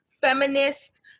feminist